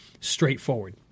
straightforward